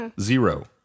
Zero